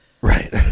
Right